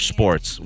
Sports